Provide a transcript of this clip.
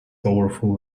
powerful